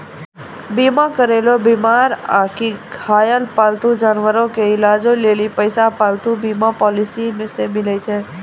बीमा करैलो बीमार आकि घायल पालतू जानवरो के इलाजो लेली पैसा पालतू बीमा पॉलिसी से मिलै छै